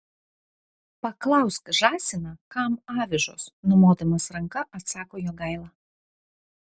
paklausk žąsiną kam avižos numodamas ranka atsako jogaila